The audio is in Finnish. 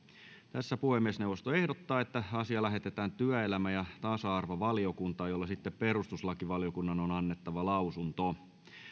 puhemiesneuvosto ehdottaa että asia lähetetään työelämä ja tasa arvovaliokuntaan jolle perustuslakivaliokunnan on annettava lausunto